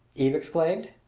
eve exclaimed.